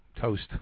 toast